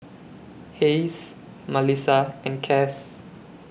Hayes Malissa and Cass